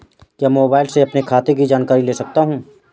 क्या मैं मोबाइल से अपने खाते की जानकारी ले सकता हूँ?